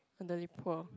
elderly poor